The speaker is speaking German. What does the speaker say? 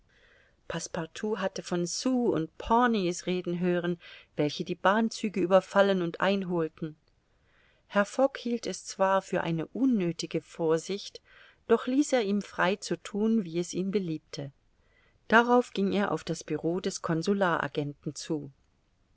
hatte von sioux und pawnies reden hören welche die bahnzüge überfallen und einholten herr fogg hielt es zwar für eine unnöthige vorsicht doch ließ er ihm frei zu thun wie es ihm beliebte darauf ging er auf das bureau des consular agenten zu